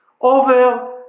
over